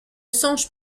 songe